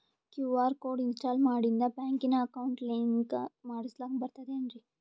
QR code install ಮಾಡಿಂದ ಬ್ಯಾಂಕಿನ account link ಮಾಡಸ್ಲಾಕ ಬರ್ತದೇನ್ರಿ